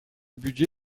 budget